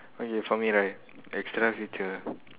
okay for me right the extra feature